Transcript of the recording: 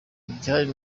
igihari